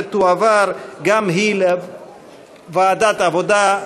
ותועבר גם היא לוועדת העבודה,